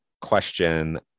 question